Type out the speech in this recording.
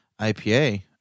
IPA